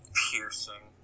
piercing